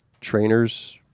trainers